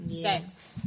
sex